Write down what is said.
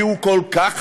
כי הוא כל כך חשוב,